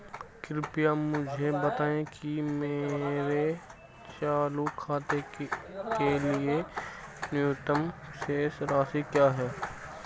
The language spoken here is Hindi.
कृपया मुझे बताएं कि मेरे चालू खाते के लिए न्यूनतम शेष राशि क्या है